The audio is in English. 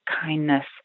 kindness